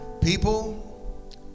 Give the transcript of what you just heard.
People